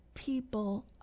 People